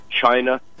China